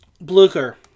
Blucher